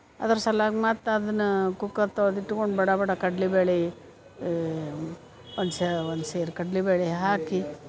ಅದ್ರ ಸಲ್ವಾಗಿ ಮತ್ತು ಅದನ್ನ ಕುಕ್ಕರ್ ತೊಳ್ದು ಇಟ್ಕೊಂಡು ಬಡ ಬಡ ಕಡ್ಲಿ ಬ್ಯಾಳಿ ಒಂದು ಸೇ ಒಂದು ಸೇರು ಕಡ್ಲಿ ಬ್ಯಾಳಿ ಹಾಕಿ